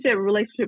relationship